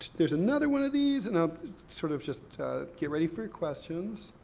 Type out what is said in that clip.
there's another one of these, and i'll sort of just get ready for questions.